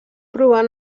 provar